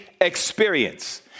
experience